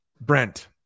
brent